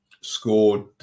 scored